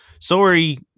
Sorry